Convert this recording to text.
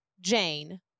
Jane